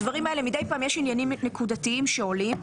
בדברים האלה מדי פעם יש עניינים נקודתיים שעולים.